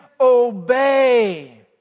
obey